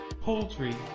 Poultry